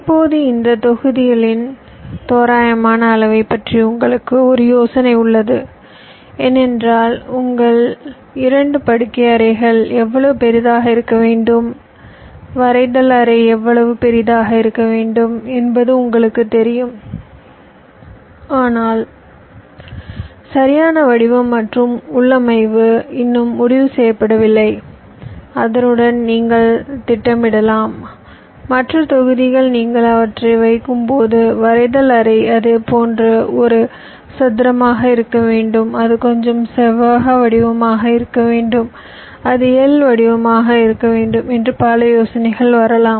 இப்போது இந்த தொகுதிகளின் தோராயமான அளவைப் பற்றி உங்களுக்கு ஒரு யோசனை உள்ளது ஏனென்றால் உங்கள் 2 படுக்கையறைகள் எவ்வளவு பெரியதாக இருக்க வேண்டும் வரவேற்பரை எவ்வளவு பெரியதாக இருக்க வேண்டும் என்பது உங்களுக்குத் தெரியும் ஆனால் சரியான வடிவம் மற்றும் உள்ளமைவு இன்னும் முடிவு செய்யப்படவில்லை அதனுடன் நீங்கள் திட்டமிடலாம் மற்ற தொகுதிகள் நீங்கள் அவற்றை வைக்கும் போது வரவேற்பரை அது போன்ற ஒரு சதுரமாக இருக்க வேண்டும் அது கொஞ்சம் செவ்வக வடிவமாக இருக்க வேண்டும் அது L வடிவமாக இருக்க வேண்டும் மற்றும் பல யோசனைகள் வரலாம்